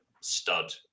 stud